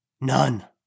None